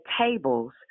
tables